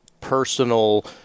personal –